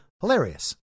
hilarious